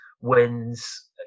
wins